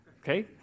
okay